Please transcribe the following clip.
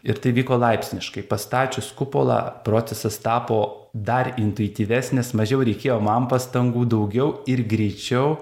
ir tai vyko laipsniškai pastačius kupolą procesas tapo dar intuityvesnis mažiau reikėjo man pastangų daugiau ir greičiau